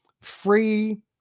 free